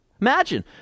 Imagine